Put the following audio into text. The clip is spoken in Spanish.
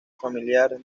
familiar